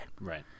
Right